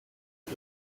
and